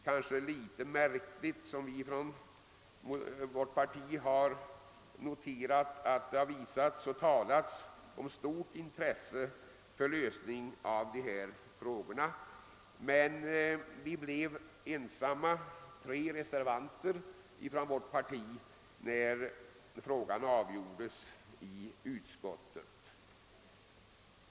Såsom vi från vårt parti noterat är det litet märkligt att det talas så mycket om intresset för en lösning av dessa frågor, men att vi blev ensamma när frågan avgjordes i utskottet.